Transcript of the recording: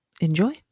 enjoy